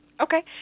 Okay